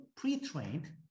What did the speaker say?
pre-trained